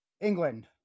England